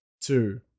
Two